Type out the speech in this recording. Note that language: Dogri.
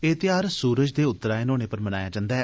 एह् धेयार सूरज दे उत्तरायन होने पर मनाया जन्दा ऐ